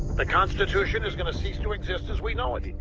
the constitution is going to cease to exist as we know it.